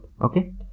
Okay